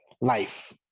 life